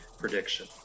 prediction